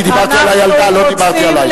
דיברתי על הילדה, לא דיברתי עלייך.